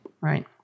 Right